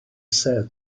said